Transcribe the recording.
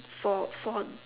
for for